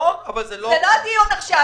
זה לא הדיון עכשיו.